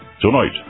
Tonight